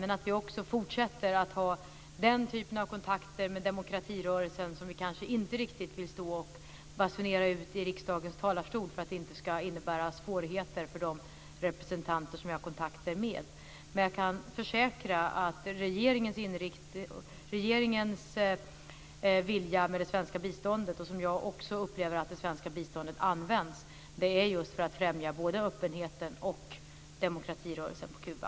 Men vi bör också fortsätta att ha den typen av kontakter med demokratirörelsen som vi kanske inte riktigt vill stå i riksdagens talarstol och basunera ut, för att det inte ska innebära svårigheter för de representanter som vi har kontakter med. Jag kan försäkra att regeringens vilja med det svenska biståndet, och som jag upplever att det svenska biståndet används, är just att främja både öppenheten och demokratirörelsen på Kuba.